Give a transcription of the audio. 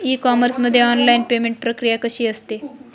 E commerce मध्ये online payment प्रक्रिया कशी असते?